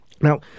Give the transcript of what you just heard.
Now